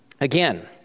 again